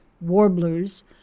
warblers